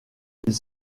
ils